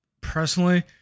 personally